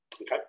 okay